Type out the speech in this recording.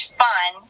fun